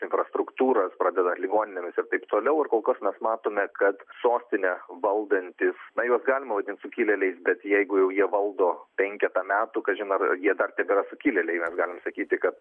infrastruktūras pradeda ligoninėms ir taip toliau ir kol kas mes matome kad sostinę valdantys na juos galima vadint sukilėliais bet jeigu jau jie valdo penketą metų kažin ar jie dar tebėra sukilėliai mes galim sakyti kad